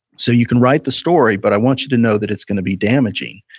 so you can write the story, but i want you to know that it's going to be damaging.